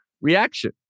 reaction